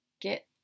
Get